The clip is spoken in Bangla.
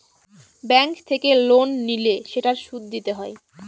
ব্যাঙ্ক থেকে লোন নিলে সেটার সুদ দিতে হয়